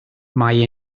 mae